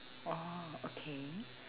oh okay